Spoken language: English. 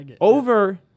over